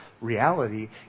reality